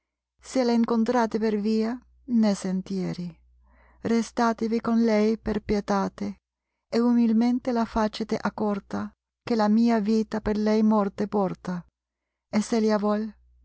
se v encontrate per via ne sentieri restatevi con lei per pietate e umilmente la facete accorta che la mia vita per lei morte portar